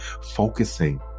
focusing